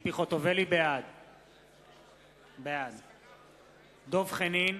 חוטובלי, בעד דב חנין,